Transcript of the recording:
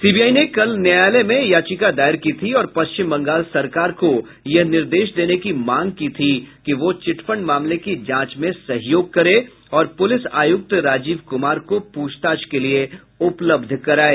CBI ने कल न्यायालय में याचिका दायर की थी और पश्चिम बंगाल सरकार को यह निर्देश देने की मांग की थी कि वह चिटफंड मामले की जांच में सहयोग करे और पुलिस आयुक्त राजीव कुमार को प्रछताछ के लिए उपलब्ध कराये